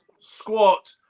squat